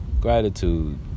Gratitude